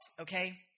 okay